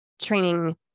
training